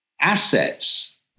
assets